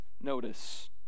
notice